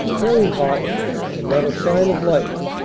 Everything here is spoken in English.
very hot and not a sign of life,